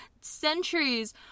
centuries